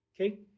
okay